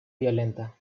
violenta